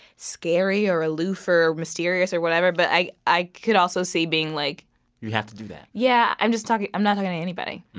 scary or aloof or mysterious or whatever, but i i could also see being like you have to do that yeah. i'm just talking i'm not talking to anybody.